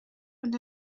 und